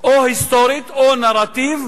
או היסטורית או נרטיב,